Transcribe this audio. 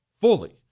fully